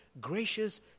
gracious